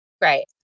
Right